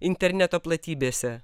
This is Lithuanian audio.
interneto platybėse